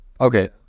Okay